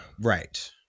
right